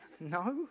No